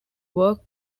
worked